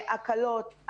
הקלות,